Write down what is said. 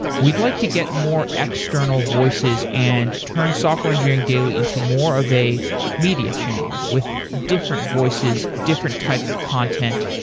we'd like to get more external voices and turn software engineering daily into more of a media channel with different voices, different types of content,